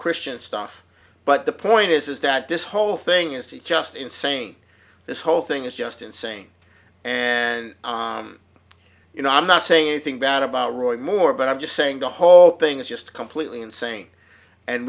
christian stuff but the point is is that this whole thing is just insane this whole thing is just insane and you know i'm not saying anything bad about roy moore but i'm just saying the whole thing is just completely insane and